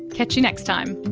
catch you next time